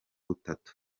butatu